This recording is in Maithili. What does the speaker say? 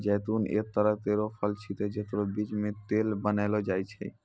जैतून एक तरह केरो फल छिकै जेकरो बीज सें तेल बनैलो जाय छै